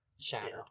Shadow